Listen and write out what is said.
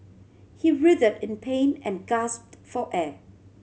he in pain and gasped for air